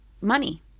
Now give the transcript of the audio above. money